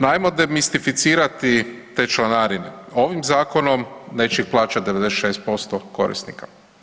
Najmodernistificirati te članarine, ovim zakonom neće ih plaća 96% korisnika.